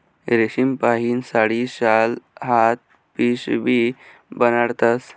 रेशीमपाहीन साडी, शाल, हात पिशीबी बनाडतस